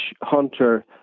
hunter